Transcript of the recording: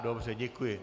Dobře, děkuji.